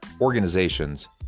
organizations